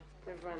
הבנתי.